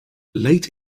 late